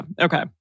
Okay